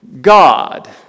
God